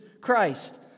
Christ